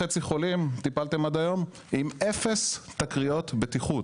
טיפלתם עד היום ב-1.5 מיליון חולים עם אפס תקריות בטיחות,